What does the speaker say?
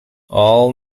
all